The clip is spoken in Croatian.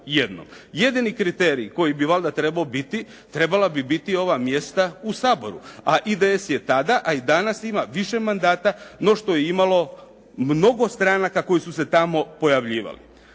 Jedini kriterij koji bi valjda trebao biti trebala bi biti ova mjesta u Saboru a IDS je tada a i danas ima više mandata no što je imalo mnogo stranaka koje su se tamo pojavljivale.